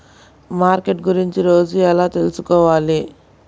Market గురించి రోజు ఎలా తెలుసుకోవాలి?